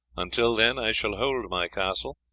until then i shall hold my castle,